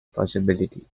possibility